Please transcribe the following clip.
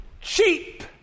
cheap